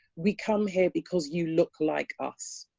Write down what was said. we come here because you look like us.